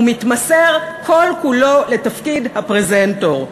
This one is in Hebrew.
ומתמסר כל כולו לתפקיד הפרזנטור.